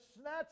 snatch